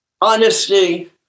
honesty